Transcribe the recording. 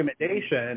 recommendation